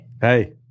Hey